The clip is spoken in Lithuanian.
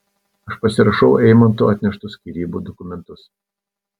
aš pasirašau eimanto atneštus skyrybų dokumentus